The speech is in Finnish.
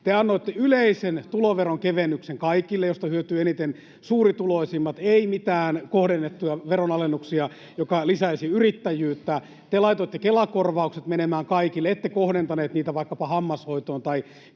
Te annoitte yleisen tuloveron kevennyksen kaikille, mistä hyötyvät eniten suurituloisimmat, ei mitään kohdennettuja veronalennuksia, joka lisäisi yrittäjyyttä. [Vilhelm Junnilan välihuuto] Te laitoitte Kela-korvaukset menemään kaikille, ette kohdentaneet niitä vaikkapa hammashoitoon tai